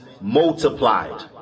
multiplied